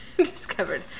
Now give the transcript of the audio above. Discovered